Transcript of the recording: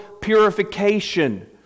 purification